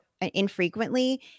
infrequently